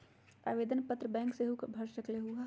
आवेदन पत्र बैंक सेहु भर सकलु ह?